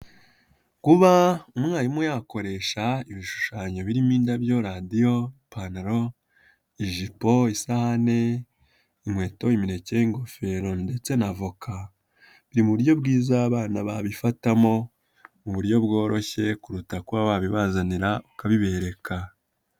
Kuba umwarimu yakoresha ibishushanyo birimo indabyo, radio, ipantaro, ijipo, isahani, inkweto, imineke, ingofero ndetse na voka, biri mu buryo bwiza abana babifatamo mu buryo bworoshye kuruta kuba wabibazanira ukabibereka.